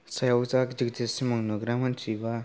सायाव जा गिदिर गिदिर सिमां नुग्रा मानथिबा